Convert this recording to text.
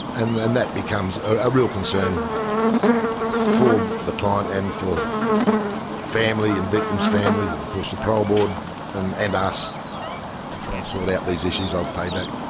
and and that becomes a real concern for the client and for family and victim's family and of course the parole board and and us to try and sort out these issues of payback.